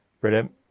brilliant